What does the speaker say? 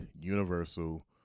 Universal